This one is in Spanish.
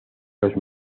los